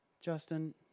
Justin